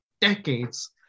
Decades